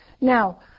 now